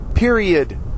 Period